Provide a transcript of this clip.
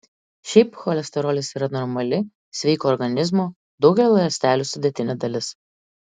šiaip cholesterolis yra normali sveiko organizmo daugelio ląstelių sudėtinė dalis